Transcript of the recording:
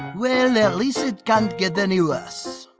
well, at least it can't get any worse.